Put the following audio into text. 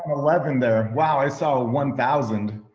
eleven there. wow, i saw one thousand.